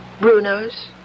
Bruno's